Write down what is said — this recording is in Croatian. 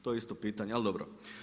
To je isto pitanja, ali dobro.